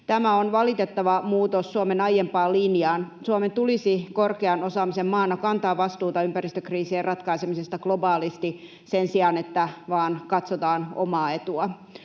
Tämä on valitettava muutos Suomen aiempaan linjaan. Suomen tulisi korkean osaamisen maana kantaa vastuuta ympäristökriisien ratkaisemisesta globaalisti sen sijaan, että katsotaan vain omaa etua.